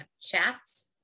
chats